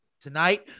tonight